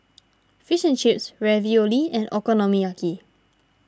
Fish and Chips Ravioli and Okonomiyaki